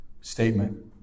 statement